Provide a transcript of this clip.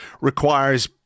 requires